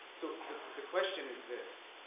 so the question is this.